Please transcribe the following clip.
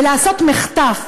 ולעשות מחטף,